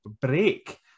break